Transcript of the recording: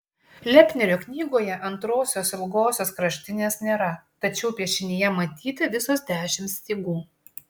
lepnerio knygoje antrosios ilgosios kraštinės nėra tačiau piešinyje matyti visos dešimt stygų